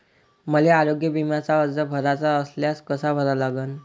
मले आरोग्य बिम्याचा अर्ज भराचा असल्यास कसा भरा लागन?